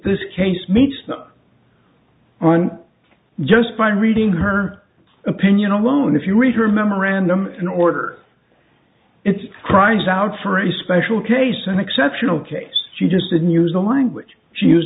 this case makes not on just by reading her opinion alone if you read her memorandum in order it cries out for a special case an exceptional case she just didn't use the language